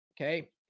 okay